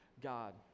God